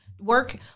Work